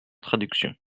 traduction